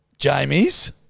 Jamie's